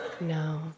No